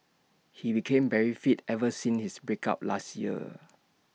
he became very fit ever since his break up last year